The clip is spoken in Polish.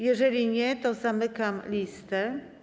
Jeżeli nie, to zamykam listę.